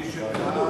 מי שבעד,